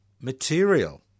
material